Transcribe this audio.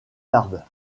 tarbes